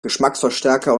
geschmacksverstärker